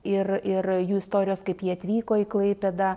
ir ir jų istorijos kaip jie atvyko į klaipėdą